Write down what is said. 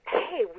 hey